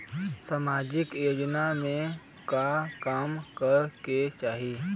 सामाजिक योजना में का काम करे के चाही?